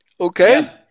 Okay